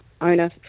owner